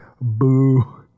Boo